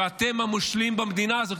ואתם המושלים במדינה הזאת,